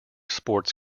sports